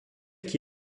qui